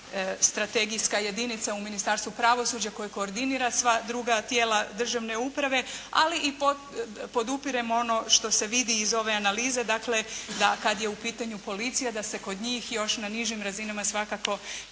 strategijska jedinica u Ministarstvu pravosuđa koje koordinira sva druga tijela državne uprave, ali i podupiremo ono što se vidi iz ove analize, dakle da kad je u pitanju policija da se kod njih još na nižim razinama svakako